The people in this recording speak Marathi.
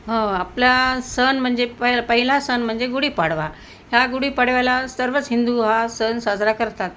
हो आपला सण म्हणजे पहि पहिला सण म्हणजे गुढीपाडवा ह्या गुढीपाडव्याला सर्वच हिंदू हा सण साजरा करतात